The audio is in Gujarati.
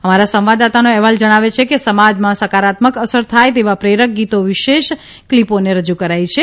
અમારા સંવાદદાતાનો અહેવાલ જણાવે છે કે સમાજમાં સકારાત્મક અસર થાય તેવા પ્રેરક ગીતો વિશેષ ક્લીપોને રજૂ કરાઇ છે